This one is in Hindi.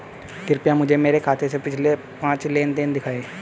कृपया मुझे मेरे खाते से पिछले पांच लेनदेन दिखाएं